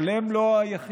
אבל הם לא היחידים.